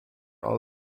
are